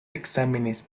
exámenes